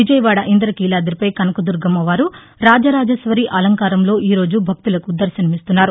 విజయవాడ ఇంద్ర కీలాదిపై కనకదుర్గమ్మ వారు రాజరాజేశ్వరి అలంకారంలో ఈరోజు భక్తులకు దర్గనమిస్తున్నారు